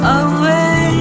away